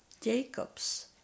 Jacob's